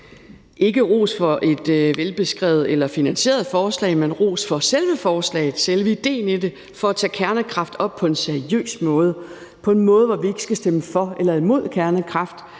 lyde ros for et velbeskrevet eller finansieret forslag, men ros for selve forslaget, selve idéen i det, altså for at tage kernekraft op på en seriøs måde, hvor vi ikke skal stemme for eller imod kernekraft,